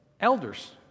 elders